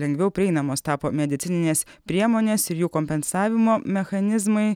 lengviau prieinamos tapo medicininės priemonės ir jų kompensavimo mechanizmai